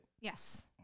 Yes